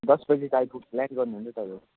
दस बजे त आइपुग ल्यान्ड गर्नुहुन्छ तपाईँहरू